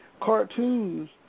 cartoons